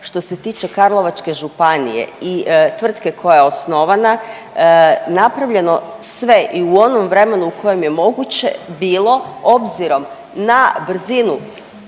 što se tiče Karlovačke županije i tvrtke koja je osnovana napravljeno sve i u onom vremenu u kojem je moguće bilo obzirom na brzinu